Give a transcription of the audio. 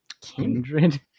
Kindred